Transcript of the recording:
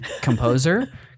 composer